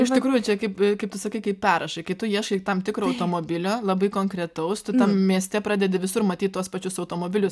iš tikrųjų čia kaip kaip tu sakai kai perrašai kai tu ieškai tam tikro automobilio labai konkretaus tu tam mieste pradedi visur matyt tuos pačius automobilius